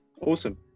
Awesome